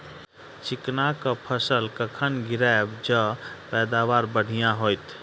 चिकना कऽ फसल कखन गिरैब जँ पैदावार बढ़िया होइत?